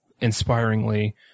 inspiringly